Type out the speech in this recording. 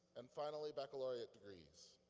and finally baccalaureate degrees.